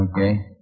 Okay